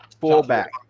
fullback